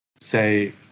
say